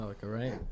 right